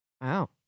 wow